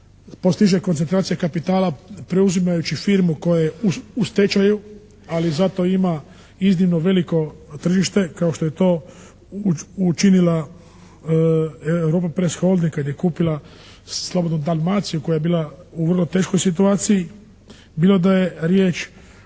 postiže koncentracija kapitala preuzimajući firmu koja je u stečaju, ali zato ima iznimno veliko tržište kao što je to učinila "Europa press holding" kad je kupila "Slobodnu Dalmaciju" koja je bila u vrlo teškoj situaciji. Bilo da je riječ